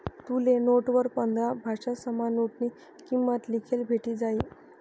तुले नोटवर पंधरा भाषासमा नोटनी किंमत लिखेल भेटी जायी